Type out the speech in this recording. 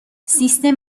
سیستم